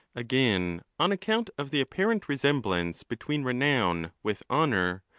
again, on account of the apparent resemblance between renown with honour,